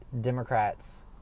Democrats